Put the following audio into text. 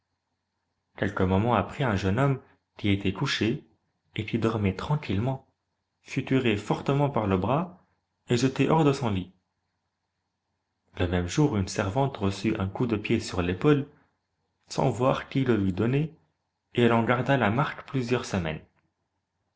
quelques momens après un jeune homme qui était couché et qui dormait tranquillement fut tiré fortement par le bras et jeté hors de son lit le même jour une servante reçut un coup de pied sur l'épaule sans voir qui le lui donnait et elle en garda la marque plusieurs semaines